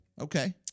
Okay